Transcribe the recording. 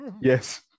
Yes